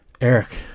Eric